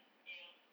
you know